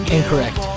Incorrect